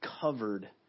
covered